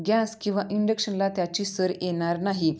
gas किंवा इंडक्शनला त्याची सर येणार नाही